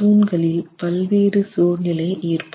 தூண்களில் பல்வேறு சூழ்நிலை ஏற்படும்